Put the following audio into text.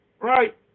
Right